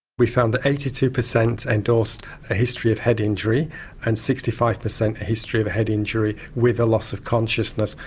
we found that eighty two percent endorsed a history of head injury and sixty five percent a history of head injury with a loss of consciousness.